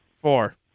Four